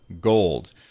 gold